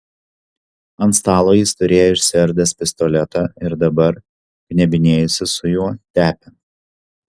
ant stalo jis turėjo išsiardęs pistoletą ir dabar knebinėjosi su juo tepė